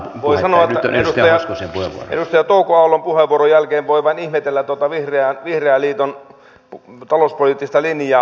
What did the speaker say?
voi sanoa että edustaja touko aallon puheenvuoron jälkeen voi vain ihmetellä tuota vihreän liiton talouspoliittista linjaa